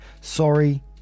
Sorry